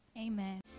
Amen